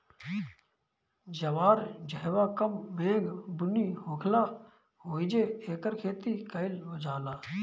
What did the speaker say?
जवार जहवां कम मेघ बुनी होखेला ओहिजे एकर खेती कईल जाला